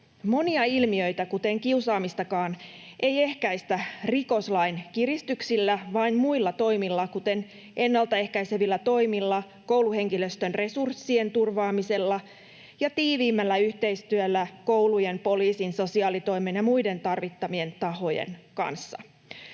Monia ilmiöitä, kuten kiusaamistakaan, ei ehkäistä rikoslain kiristyksillä vaan muilla toimilla, kuten ennaltaehkäisevillä toimilla, kouluhenkilöstön resurssien turvaamisella ja tiiviimmällä yhteistyöllä koulujen, poliisin, sosiaalitoimen ja muiden tarvittavien tahojen kanssa.